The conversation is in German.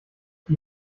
die